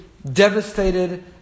devastated